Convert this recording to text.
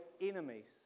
enemies